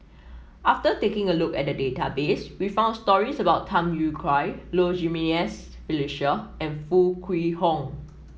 after taking a look at the database we found stories about Tham Yui Kai Low Jimenez Felicia and Foo Kwee Horng